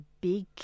big